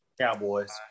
Cowboys